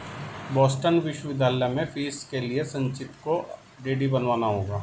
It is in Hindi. बोस्टन विश्वविद्यालय में फीस के लिए संचित को डी.डी बनवाना होगा